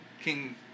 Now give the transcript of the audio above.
King